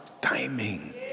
timing